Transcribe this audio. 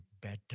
better